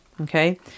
okay